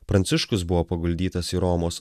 pranciškus buvo paguldytas į romos